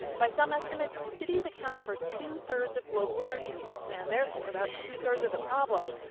by some estimates, cities account for two-thirds of global energy use, and therefore, about two-thirds of the problem.